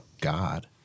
God